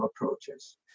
approaches